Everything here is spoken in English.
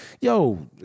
Yo